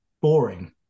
boring